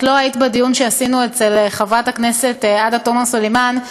את לא היית בדיון שעשינו אצל חברת הכנסת עאידה תומא סלימאן,